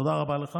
תודה רבה לך